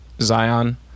zion